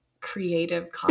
creative